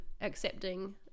accepting